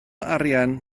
arian